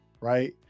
right